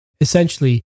Essentially